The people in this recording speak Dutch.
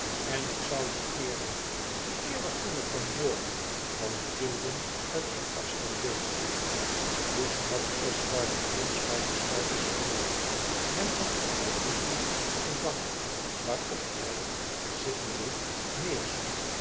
en ik zoû je eerder je eerder kunnen vermoorden dan dulden dat je afstand deed woest had oscar den prins bij de schouders genomen hem achteruit geduwd op een bank waarop hij zittende